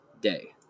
day